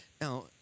Now